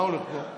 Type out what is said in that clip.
מה הולך פה?